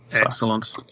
Excellent